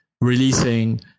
releasing